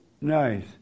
Nice